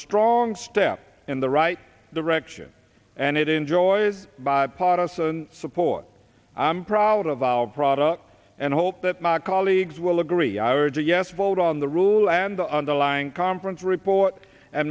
strong step in the right direction and it enjoys bipartisan support i'm proud of our product and hope that my colleagues will agree i would say yes vote on the rule and the underlying conference report